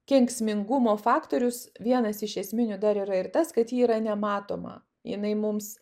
kenksmingumo faktorius vienas iš esminių dar yra ir tas kad ji yra nematoma jinai mums